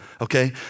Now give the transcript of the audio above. okay